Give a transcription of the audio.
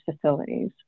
facilities